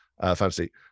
fantasy